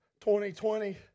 2020